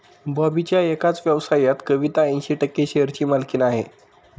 बॉबीच्या एकाच व्यवसायात कविता ऐंशी टक्के शेअरची मालकीण आहे